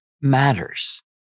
matters